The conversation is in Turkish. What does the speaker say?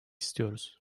istiyoruz